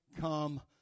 come